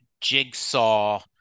jigsaw